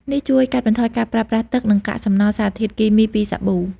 នេះជួយកាត់បន្ថយការប្រើប្រាស់ទឹក និងកាកសំណល់សារធាតុគីមីពីសាប៊ូ។